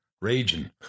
raging